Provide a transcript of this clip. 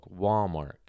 Walmart